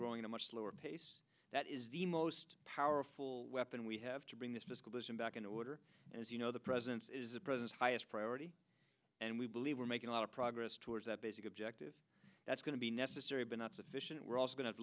growing at much slower pace that is the most powerful weapon we have to bring this discussion back in order as you know the president's is a presence highest priority and we believe we're making a lot of progress towards that basic objective that's going to be necessary but not sufficient we're also go